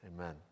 Amen